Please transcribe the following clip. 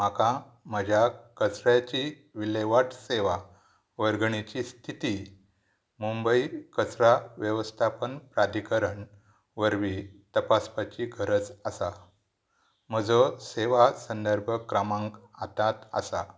म्हाका म्हज्या कचऱ्याची विलेवाट सेवा वर्गणीची स्थिती मुंबय कचरा वेवस्थापन प्राधीकरण वरवीं तपासपाची गरज आसा म्हजो सेवा संदर्भ क्रमांक हातांत आसा